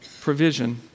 provision